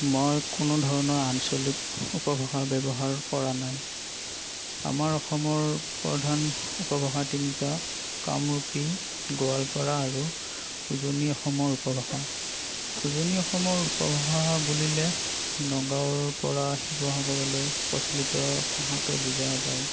মই কোনো ধৰণৰ আঞ্চলিক উপভাষা ব্যৱহাৰ কৰা নাই আমাৰ অসমৰ প্ৰধান উপভাষা তিনিটা কামৰূপী গোৱালপাৰা আৰু উজনি অসমৰ উপভাষা উজনি অসমৰ উপভাষা বুলিলে নগাঁৱৰপৰা শিৱসাগৰলৈ প্ৰচলিত ভাষাকে বুজা যায়